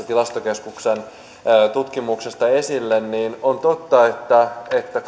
tilastokeskuksen tutkimuksesta esille niin on totta että